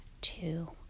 two